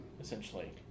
essentially